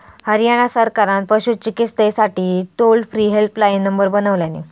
हरयाणा सरकारान पशू चिकित्सेसाठी टोल फ्री हेल्पलाईन नंबर बनवल्यानी